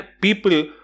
people